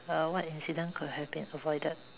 err what incident could have been avoided